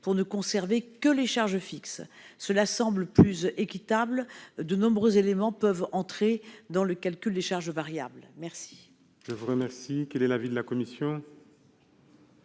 pour ne conserver que les charges fixes. Cela semble plus équitable, de nombreux éléments pouvant entrer dans le calcul des charges variables. Quel est l'avis de la commission ?